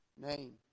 name